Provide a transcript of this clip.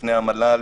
בפני המל"ל,